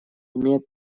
имеет